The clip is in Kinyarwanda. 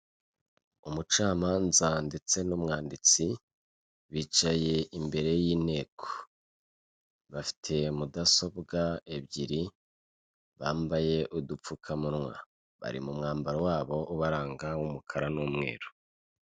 Umucamanza ndetse n'umwanditsi bicaye imbere y'inteko. Bafite mudasobwa ebyiri, bambaye udupfukamunwa, bari mu mwambaro wabo ubaranga w'umukara n'umweru.